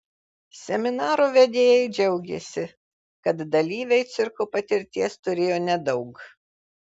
seminaro vedėjai džiaugėsi kad dalyviai cirko patirties turėjo nedaug